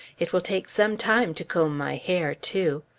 it will take some time to comb my hair, too.